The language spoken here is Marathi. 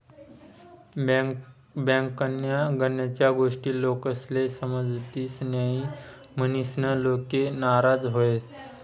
बँकन्या गनच गोष्टी लोकेस्ले समजतीस न्हयी, म्हनीसन लोके नाराज व्हतंस